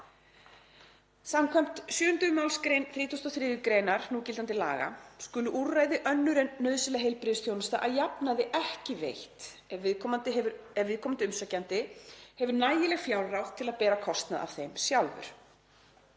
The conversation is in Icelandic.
Skv. 7. mgr. 33. gr. núgildandi laga skulu úrræði önnur en nauðsynleg heilbrigðisþjónusta að jafnaði ekki veitt ef viðkomandi umsækjandi hefur nægileg fjárráð til að bera kostnað af þeim sjálfur.